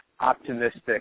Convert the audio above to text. optimistic